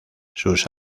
sus